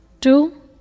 two